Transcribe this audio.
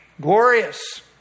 Glorious